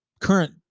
current